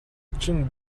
чинь